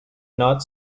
not